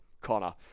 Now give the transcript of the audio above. Connor